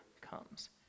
comes